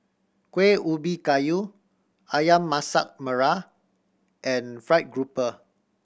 Kuih Ubi Kayu Ayam Masak Merah and fried grouper